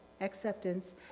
acceptance